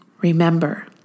Remember